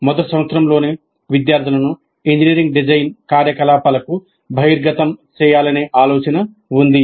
మొదటి సంవత్సరంలోనే విద్యార్థులను ఇంజనీరింగ్ డిజైన్ కార్యకలాపాలకు బహిర్గతం చేయాలనే ఆలోచన ఉంది